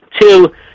Two